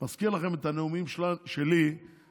אני מזכיר לכם את הנאומים שלי בתקציב,